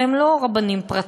הרי הם לא רבנים פרטיים,